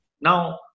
Now